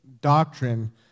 doctrine